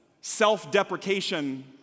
self-deprecation